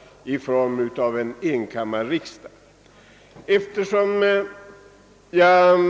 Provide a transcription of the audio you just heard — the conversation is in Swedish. tvåkammarsystemet.